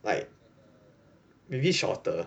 like maybe shorter